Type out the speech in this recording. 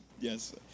Yes